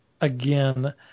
again